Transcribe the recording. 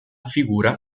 figura